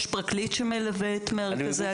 יש פרקליט שמלווה את מרכזי ההגנה.